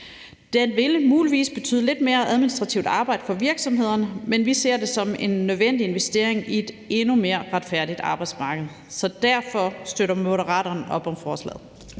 Det vil muligvis betyde lidt mere administrativt arbejde for virksomhederne, men vi ser det som en nødvendig investering i et endnu mere retfærdigt arbejdsmarked. Så derfor støtter Moderaterne op om forslaget.